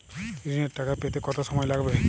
ঋণের টাকা পেতে কত সময় লাগবে?